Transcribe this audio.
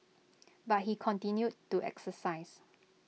but he continued to exercise